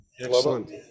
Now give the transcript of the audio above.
excellent